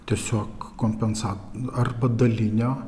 tiesiog kompensavo arba dalinio